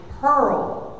pearl